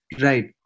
Right